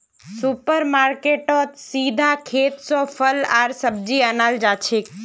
super मार्केटेत सीधा खेत स फल आर सब्जी अनाल जाछेक